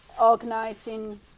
organizing